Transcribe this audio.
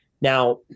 Now